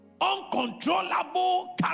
Uncontrollable